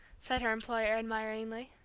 said her employer, admiringly.